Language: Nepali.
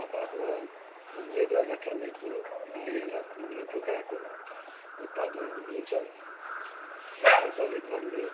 आफ आफ्नो वेदर र क्लाइमेटको लिएर विभिन्न प्रकारको उत्पादनहरू हुन्छन् एक प्रकारले गर्मी